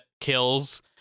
kills